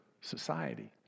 society